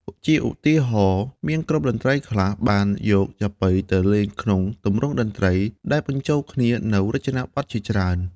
ជាឧទាហរណ៍ មានក្រុមតន្ត្រីខ្លះបានយកចាប៉ីទៅលេងក្នុងទម្រង់តន្ត្រី ដែលបញ្ចូលគ្នានូវរចនាបថជាច្រើន។